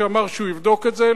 שאמר שהוא יבדוק את זה,